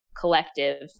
collective